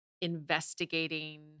investigating